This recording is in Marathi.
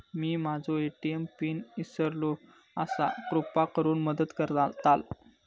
मी माझो ए.टी.एम पिन इसरलो आसा कृपा करुन मदत करताल